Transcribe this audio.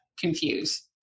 confuse